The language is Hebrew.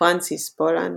פרנסיס פולנק,